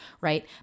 Right